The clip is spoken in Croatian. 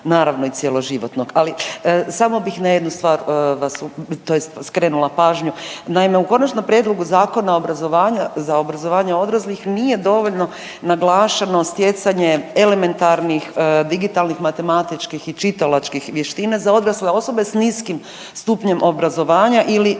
naravno i cjeloživotnog, ali samo bih na jednu stvar tj. skrenula pažnju. Naime, u Konačnom prijedlogu Zakona za obrazovanje odraslih nije dovoljno naglašeno stjecanje elementarnih digitalnih, matematičkih i čitalačkih vještina za odrasle osobe s niskim stupnjem obrazovanja ili